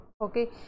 Okay